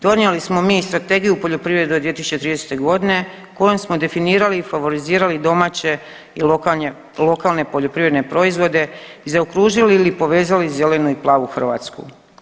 Donijeli smo mi Strategiju poljoprivrede od 2030. godine kojom smo definirali i favorizirali domaće i lokalne poljoprivredne proizvode i zaokružili ili povezali zelenu i plavu Hrvatsku.